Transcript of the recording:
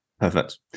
Perfect